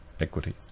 equity